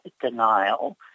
denial